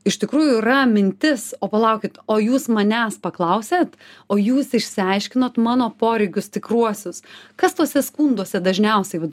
iš tikrųjų yra mintis o palaukit o jūs manęs paklausėt o jūs išsiaiškinot mano poreikius tikruosius kas tuose skunduose dažniausiai vat